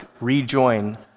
rejoin